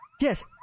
Yes